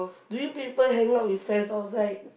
do you prefer hanging out with friends outside